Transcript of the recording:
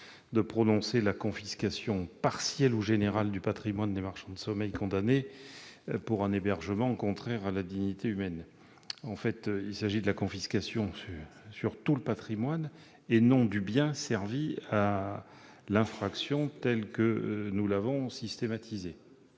de prononcer la confiscation partielle ou générale du patrimoine des marchands de sommeil condamnés pour un hébergement contraire à la dignité humaine. Cette confiscation porte sur tout le patrimoine, et non sur le bien qui a servi à l'infraction, telle que nous l'avons systématisée.